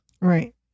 Right